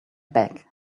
back